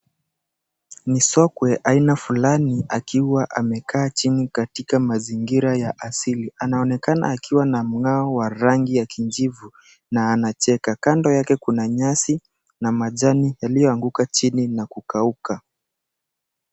Ni sokwe aina fulani akiwa amekaa chini katika mazingira ya asili. Anaonekana akiwa na mg'ao wa rangi ya kijivu na anacheka, kando yake kuna nyasi na majani yaliyoanguka chini na kukauka.